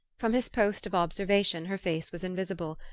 from his post of observation her face was invisible,